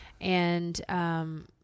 And-